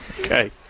Okay